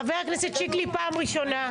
חבר הכנסת שיקלי, פעם ראשונה.